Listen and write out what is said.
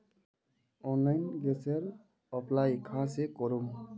Online गैसेर apply कहाँ से करूम?